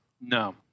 No